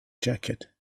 jacket